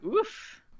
Oof